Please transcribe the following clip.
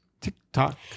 TikTok